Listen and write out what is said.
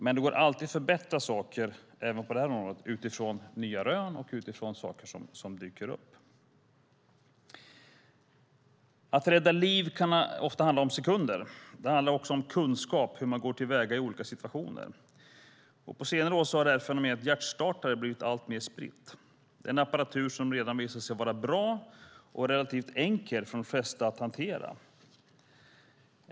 Men det går alltid att förbättra vissa saker även på det här området, utifrån nya rön och annat som dyker upp. Att rädda liv kan ofta handla om sekunder. Det handlar också om kunskap om hur man går till väga i olika situationer. På senare år har fenomenet hjärtstartare blivit alltmer spritt. Det är en apparatur som visat sig vara bra och relativt enkel för de flesta att hantera.